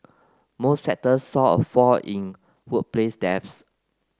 most sectors saw a fall in workplace deaths